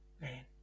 man